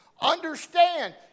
Understand